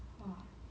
!wah!